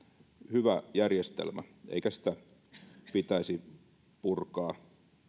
hyvä järjestelmä eikä sitä pitäisi purkaa